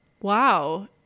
Wow